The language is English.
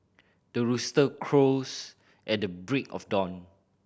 the rooster crows at the break of dawn